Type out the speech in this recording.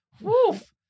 Woof